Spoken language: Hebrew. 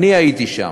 אני הייתי שם,